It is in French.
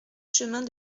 chemin